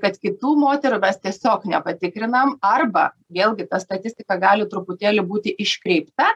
kad kitų moterų mes tiesiog nepatikrinam arba vėlgi ta statistika gali truputėlį būti iškreipta